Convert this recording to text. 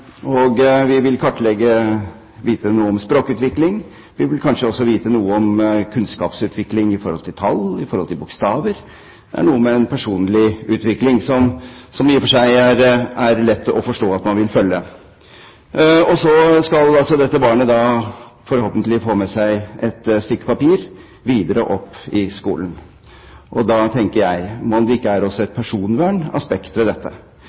dem. Vi vil kartlegge og vite noe om språkutviklingen, vi vil kanskje også vite noe om kunnskapsutviklingen når det gjelder tall og bokstaver – det er noe med den personlige utviklingen som det i og for seg er lett å forstå at man vil følge. Så skal altså dette barnet forhåpentligvis få med seg et stykke papir videre opp i skolen. Da tenker jeg: Mon tro om det ikke er et personvernaspekt ved dette? Mon tro om ikke også